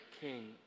king